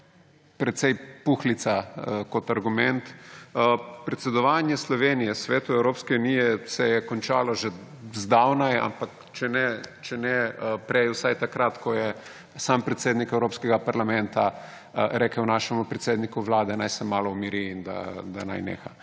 prej puhlica kot argument. Predsedovanje Slovenije Svetu Evropske unije se je končalo že zdavnaj, ampak če ne prej, vsaj takrat ko je sam predsednik Evropskega parlamenta rekel našemu predsedniku Vlade, naj se malo umiri in da naj neha.